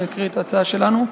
אני אקרא את ההצעה שלנו.